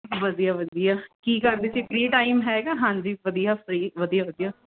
ਵਧੀਆ ਵਧੀਆ ਕੀ ਕਰਦੀ ਸੀ ਫ੍ਰੀ ਟਾਈਮ ਹੈਗਾ ਹਾਂਜੀ ਵਧੀਆ ਫ੍ਰੀ ਵਧੀਆ ਵਧੀਆ